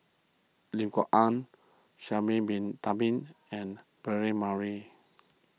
Lim Kok Ann Sha'ari Bin Tadin and Braema